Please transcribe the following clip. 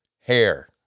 hair